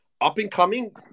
up-and-coming